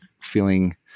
feeling